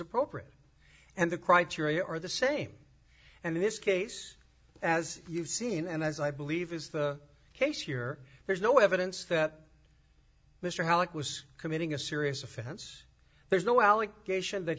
appropriate and the criteria are the same and in this case as you've seen and as i believe is the case here there's no evidence that mr halleck was committing a serious offense there's no allegation that